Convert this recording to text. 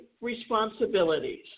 responsibilities